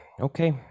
Okay